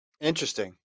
Interesting